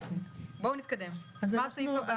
בואו נתקדם, מה הסעיף הבא?